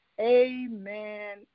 Amen